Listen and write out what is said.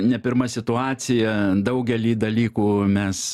ne pirma situacija daugelį dalykų mes